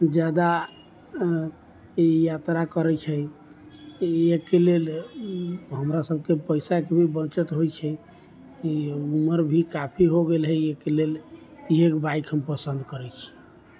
जादा यात्रा करै छै इहेके लेल हमरा सबके पैसाके भी बचत होइ छै ई उम्र भी काफी हो गेल है अय के लेल इहेके बाइक हम पसन्द करै छी